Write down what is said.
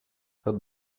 как